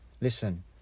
Listen